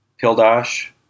Pildash